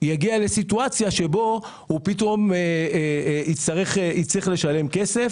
יגיע לסיטואציה שבה הוא פתאום יצטרך לשלם כסף.